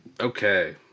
Okay